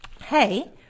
Hey